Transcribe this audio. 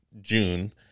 June